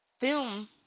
film